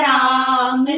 Ram